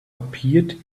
appeared